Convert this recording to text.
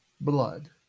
blood